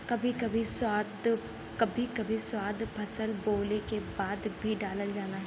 कभी कभी खाद फसल बोवले के बाद भी डालल जाला